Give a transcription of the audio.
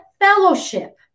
fellowship